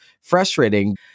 frustrating